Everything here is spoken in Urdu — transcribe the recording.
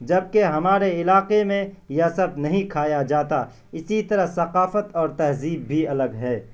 جبکہ ہمارے علاقے میں یہ سب نہیں کھایا جاتا اسی طرح ثقافت اور تہذیب بھی الگ ہے